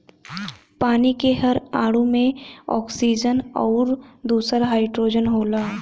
पानी के हर अणु में एक ऑक्सीजन आउर दूसर हाईड्रोजन होला